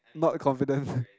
not confident